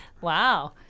Wow